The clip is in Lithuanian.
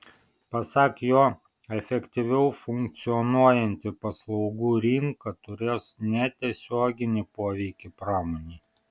pasak jo efektyviau funkcionuojanti paslaugų rinka turės netiesioginį poveikį pramonei